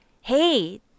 hey